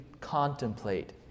contemplate